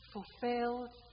Fulfilled